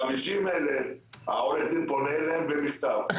50,000. עורך הדין פונה אליהם במכתב.